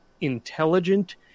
intelligent